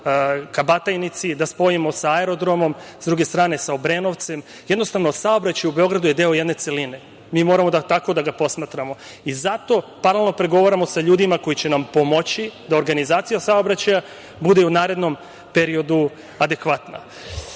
ka Batajnici, da spojimo sa aerodromom, sa druge strane sa Obrenovcem. Jednostavno, saobraćaj u Beogradu je deo jedne celine. Mi moramo tako da ga posmatramo. Zato paralelno pregovaramo sa ljudima koji će nam pomoći da organizacija saobraćaja bude i u narednom periodu adekvatna. Ne